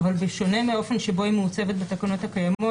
אבל בשונה מהאופן שבו היא מעוצבת בתקנות הקיימות,